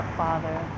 father